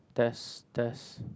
test test